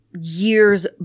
years